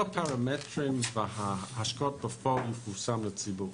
כל הפרמטרים וההשקעות בפועל יפורסמו לציבור.